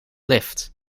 lift